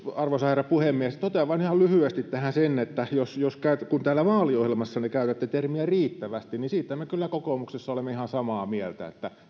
arvoisa rouva puhemies totean vain ihan lyhyesti tähän sen että kun vaaliohjelmassanne käytätte termiä riittävästi niin siitä me kyllä kokoomuksessa olemme ihan samaa mieltä